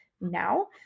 now